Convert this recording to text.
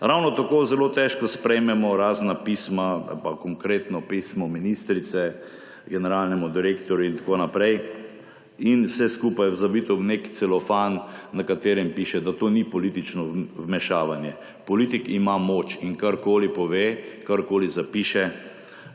Ravno tako zelo težko sprejmemo razna pisma ali pa konkretno pismo ministrice generalnemu direktorju in tako naprej in vse skupaj zavito v nek celofan, na katerem piše, da to ni politično vmešavanje. Politik ima moč in karkoli pove, karkoli zapiše,